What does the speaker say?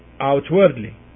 outwardly